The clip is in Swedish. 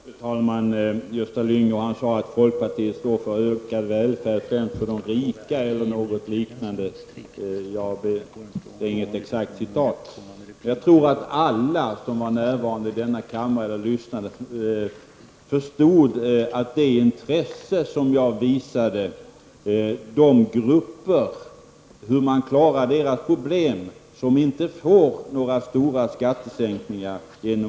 Fru talman! Gösta Lyngå sade något i stil med att folkpartiet står för ökad välfärd främst för de rika. Jag tror att alla som var närvarande i denna kammare eller lyssnade förstod det intresse som jag visade de grupper som inte får några stora skattesänkningar genom reformen och hur man löser problemen för dem.